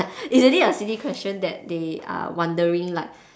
is really a silly question that they are wondering like